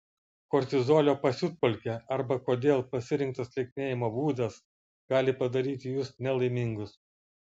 kortizolio pasiutpolkė arba kodėl pasirinktas lieknėjimo būdas gali padaryti jus nelaimingus